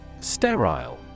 Sterile